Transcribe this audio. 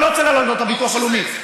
אתה רוצה להעלות את הביטוח הלאומי?